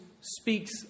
speaks